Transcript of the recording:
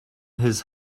his